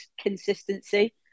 consistency